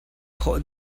khawh